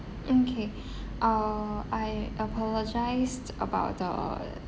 mm K uh I apologised about the